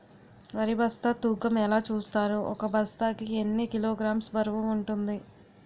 వరి బస్తా తూకం ఎలా చూస్తారు? ఒక బస్తా కి ఎన్ని కిలోగ్రామ్స్ బరువు వుంటుంది?